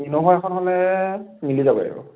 Innova এখন হ'লে মিলি যাব আৰু